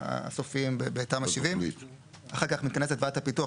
סופיים בתמ"א 70. אחר כך מתכנסת ועדת הפיתוח,